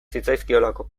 zitzaizkiolako